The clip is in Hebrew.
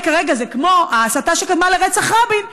כרגע זה כמו ההסתה שקדמה לרצח רבין,